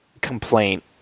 complaint